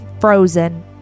frozen